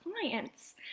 clients